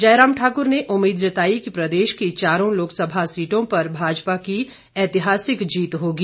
जयराम ठाकुर ने उम्मीद जताई कि प्रदेश की चारों लोकसभा सीटों पर भाजपा की ऐतिहासिक जीत होगी